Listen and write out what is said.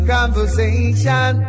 Conversation